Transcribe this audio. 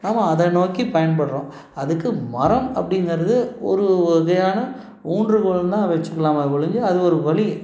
நாம் அத நோக்கி பயன்படுறோம் அதுக்கு மரம் அப்படிங்கிறது ஒரு வகையான ஊன்றுகோல்னு தான் வச்சுக்கலாமே ஒழிஞ்சு அது ஒரு வழி